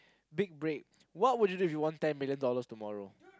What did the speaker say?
big break what would you do if you won ten million dollars tomorrow